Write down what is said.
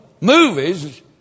movies